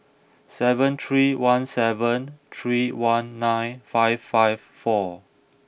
seven three one seven three one nine five five four